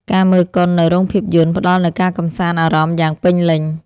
ការមើលកុននៅរោងភាពយន្ត ផ្តល់នូវការកម្សាន្តអារម្មណ៍យ៉ាងពេញលេញ។